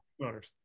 Motors